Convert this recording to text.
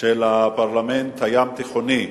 של הפרלמנט הים-תיכוני במרוקו,